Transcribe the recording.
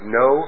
no